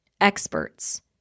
experts